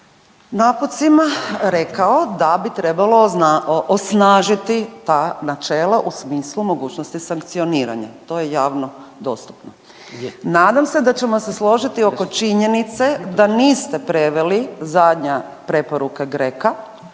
naputcima rekao da bi trebalo osnažiti ta načela u smislu mogućnosti sankcioniranja, to je javno dostupno. Nadam se da ćemo se složiti oko činjenice da niste preveli zadnje preporuke